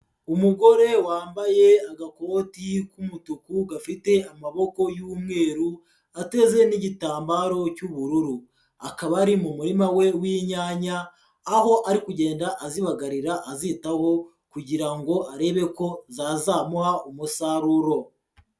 Umugore wambaye agakoti k'umutuku gafite amaboko y'umweru, ateze n'igitambaro cy'ubururu, akaba ari mu murima we w'inyanya aho ari kugenda azibagarira azitaho kugira ngo arebe ko zazamuha umusaruro.